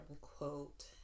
quote